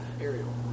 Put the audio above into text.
Aerial